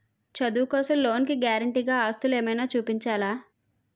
చదువు కోసం లోన్ కి గారంటే గా ఆస్తులు ఏమైనా చూపించాలా?